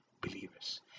believers